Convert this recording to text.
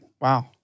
Wow